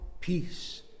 peace